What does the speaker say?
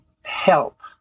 help